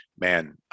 man